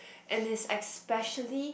and it especially